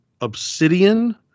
Obsidian